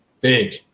big